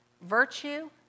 Virtue